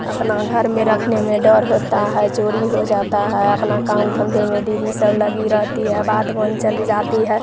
अपना घर में रखने में डर होता है चोरी हो जाता है अपना काम धन्धे में दीदी सब लगी रहती है बाध वन चली जाती है